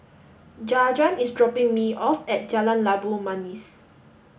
Jajuan is dropping me off at Jalan Labu Manis